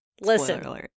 listen